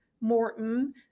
Morton